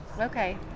Okay